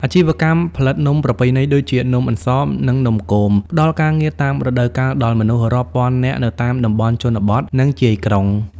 អាជីវកម្មផលិតនំប្រពៃណី ដូចជានំអន្សម និងនំគម ផ្តល់ការងារតាមរដូវកាលដល់មនុស្សរាប់ពាន់នាក់នៅតាមតំបន់ជនបទ និងជាយក្រុង។